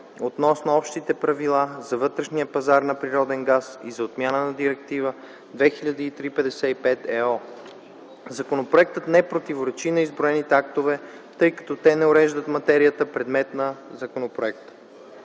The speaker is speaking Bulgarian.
относно общите правила за вътрешния пазар на природен газ, и за отмяна на Директива 2003/55/ЕО. Законопроектът не противоречи на изброените актове, тъй като те не уреждат материята, предмет на законопроекта.